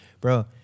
Bro